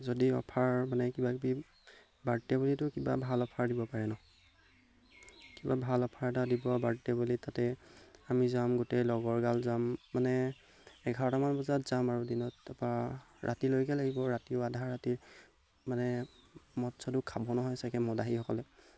যদি অফাৰ মানে কিবা কিবি বাৰ্থডে' বুলিতো কিবা ভাল অফাৰ দিব পাৰে ন কিবা ভাল অফাৰ এটা দিব বাৰ্থডে' বুলি তাতে আমি যাম গোটেই লগৰগাল যাম মানে এঘাৰটামান বজাত যাম আৰু দিনত তাৰপৰা ৰাতিলৈকে লাগিব ৰাতিও আধা ৰাতি মানে মদ চদো খাব নহয় চাগে মদাহীসকলে